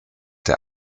der